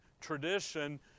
tradition